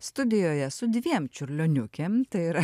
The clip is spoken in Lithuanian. studijoje su dviem čiurlioniukėm tai yra